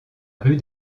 rue